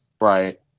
right